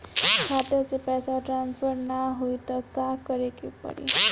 खाता से पैसा टॉसफर ना होई त का करे के पड़ी?